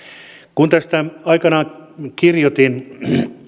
kun aikoinaan kirjoitin